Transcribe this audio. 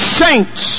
saints